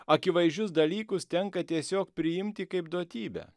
akivaizdžius dalykus tenka tiesiog priimti kaip duotybę